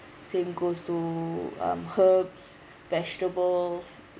same goes to um herbs vegetables